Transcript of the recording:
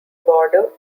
border